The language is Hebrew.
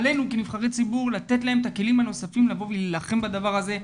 עלינו כנבחרי ציבור לתת להם את הכלים הנוספים לבוא ולהילחם בדבר הזה,